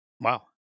Wow